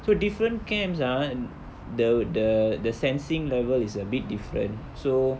so different camps ah an~ the the the sensing level is a bit different so